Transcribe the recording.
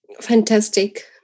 Fantastic